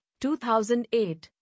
2008